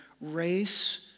race